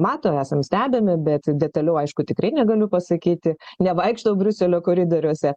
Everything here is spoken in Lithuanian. mato esam stebimi bet detaliau aišku tikrai negaliu pasakyti nevaikštau briuselio koridoriuose